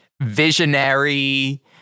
visionary